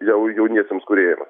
jau jauniesiems kūrėjams